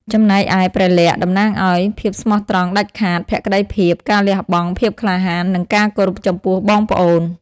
ចំណែកឯ ព្រះលក្សណ៍ តំណាងឱ្យ ភាពស្មោះត្រង់ដាច់ខាត ភក្ដីភាព ការលះបង់ ភាពក្លាហាន និងការគោរពចំពោះបងប្អូន ។